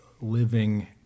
living